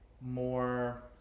more